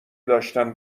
داشتن